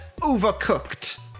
Overcooked